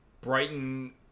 Brighton